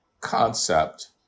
concept